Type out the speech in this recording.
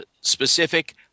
specific –